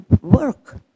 work